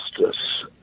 justice